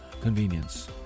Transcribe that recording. convenience